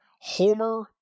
Homer